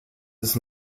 ist